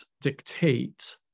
dictate